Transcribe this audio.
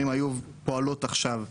80 היו פועלות כבר עכשיו,